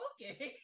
Okay